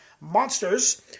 monsters